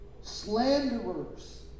Slanderers